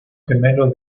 gemelo